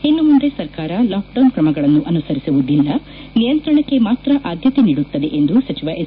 ಇನ್ನು ಮುಂದೆ ಸರ್ಕಾರ ಲಾಕ್ಡೌನ್ ಕ್ರಮಗಳನ್ನು ಅನುಸರಿಸುವುದಿಲ್ಲ ನಿಯಂತ್ರಣಕ್ಕೆ ಮಾತ್ರ ಆದ್ಯತೆ ನೀಡುತ್ತದೆ ಎಂದು ಸಚಿವ ಎಸ್